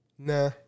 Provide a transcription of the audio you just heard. Nah